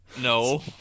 no